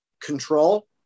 control